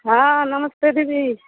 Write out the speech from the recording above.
हँ नमस्ते दीदी